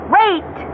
wait